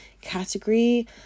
category